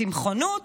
צמחונות,